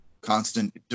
constant